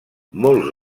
molts